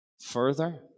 further